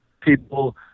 people